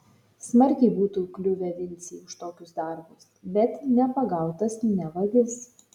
smarkiai būtų kliuvę vincei už tokius darbus bet nepagautas ne vagis